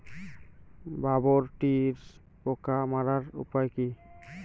বরবটির পোকা মারার উপায় কি?